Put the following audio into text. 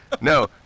No